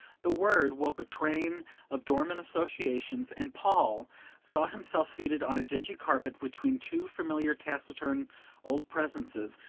the word woke a train of dormant associations, and paul saw himself seated on a dingy carpet, between two familiar taciturn old presences,